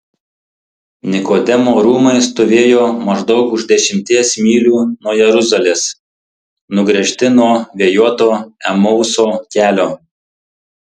nikodemo rūmai stovėjo maždaug už dešimties mylių nuo jeruzalės nugręžti nuo vėjuoto emauso kelio